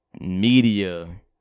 Media